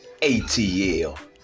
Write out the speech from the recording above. ATL